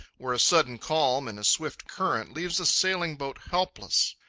where a sudden calm in a swift current leaves a sailing-boat helpless.